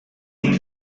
think